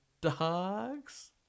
dogs